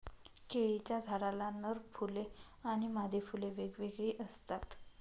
केळीच्या झाडाला नर फुले आणि मादी फुले वेगवेगळी असतात